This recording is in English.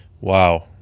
Wow